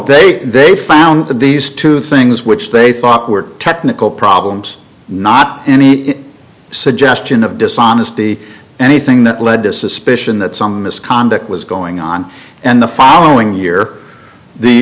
could they found that these two things which they thought were technical problems not any suggestion of dishonesty anything that led to suspicion that some misconduct was going on and the following year the